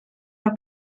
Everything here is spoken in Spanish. los